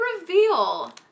reveal